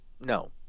no